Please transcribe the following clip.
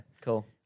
Cool